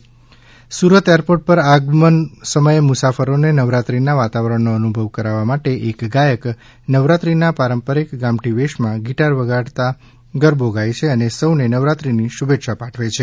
સુરતમાં અનોખુ સ્વાગત સુરત એરપોર્ટ પર આગમન સમયે મુસાફરોને નવરાત્રિના વાતાવરણનો અનુભવ કરાવવા માટે એક ગાયક નવરાત્રિના પારંપરિક ગામઠી વેશમાં ગિટાર વગાડતા ગરબી ગાય છે અને સૌને નવરાત્રિની શુભેચ્છા પાઠવે છે